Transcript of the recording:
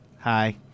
Hi